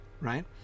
right